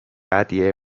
蛱蝶